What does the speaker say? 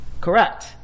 Correct